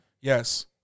Yes